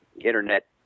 internet